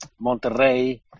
Monterrey